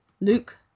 Luke